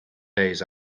days